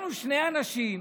אנחנו שני אנשים,